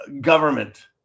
government